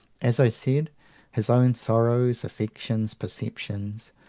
as i said his own sorrows, affections, perceptions,